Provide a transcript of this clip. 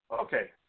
Okay